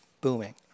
booming